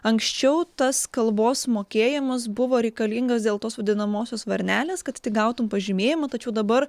anksčiau tas kalbos mokėjimas buvo reikalingas dėl tos vadinamosios varnelės kad gautum pažymėjimą tačiau dabar